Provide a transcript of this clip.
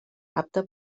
apte